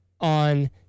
On